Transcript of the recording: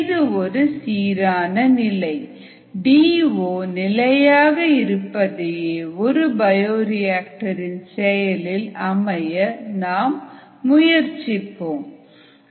இது ஒரு சீரான நிலை டிஓ நிலையாக இருப்பதையே ஒரு பயோரிஆக்டர் இன் செயலில் அமைய நாம் முயற்சிப்போம்